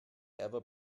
ever